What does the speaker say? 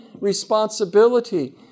responsibility